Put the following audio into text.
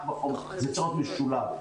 זה צריך להיות משולב.